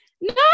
No